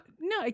no